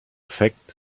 fact